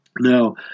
Now